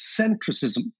centricism